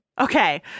Okay